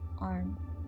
arm